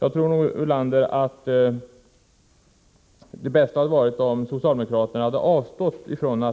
Jagtror, Lars Ulander, att det hade varit bäst om socialdemokraterna hade avstått från